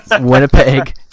Winnipeg